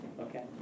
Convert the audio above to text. okay